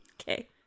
Okay